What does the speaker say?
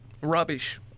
rubbish